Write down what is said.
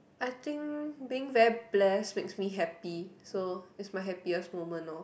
I think being very blessed makes me happy so is my most happiest moment lor